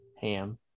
Ham